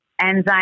enzyme